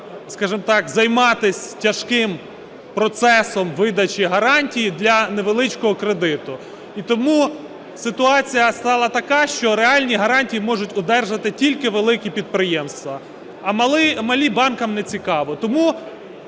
займатися тяжким процесом видачі гарантій для невеличкого кредиту і тому ситуація стала така, що реальні гарантії можуть одержати тільки великі підприємства, а малі банкам не цікаво.